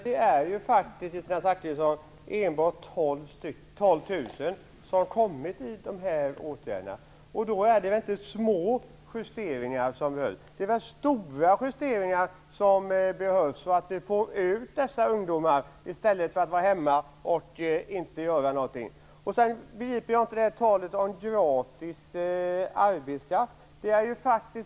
Herr talman! Det är ju faktiskt, Kristina Zakrisson, enbart 12 000 personer som har kommit ut i åtgärder. Alltså är det väl inte små justeringar som behövs, utan stora, för att få ut dessa ungdomar i stället för att de är hemma och inte gör någonting. Jag begriper inte talet om gratis arbetskraft.